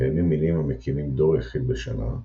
קיימים מינים המקימים דור יחיד בשנה,